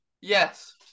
Yes